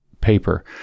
paper